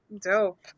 Dope